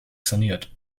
saniert